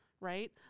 right